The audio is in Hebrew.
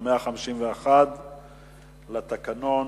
מסדר-היום של הצעת חוק שירות ביטחון